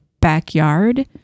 backyard